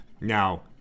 Now